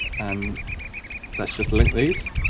and let's just link these